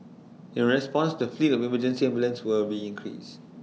in response the fleet of emergency ambulances will be increased